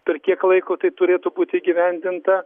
per kiek laiko tai turėtų būti įgyvendinta